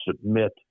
submit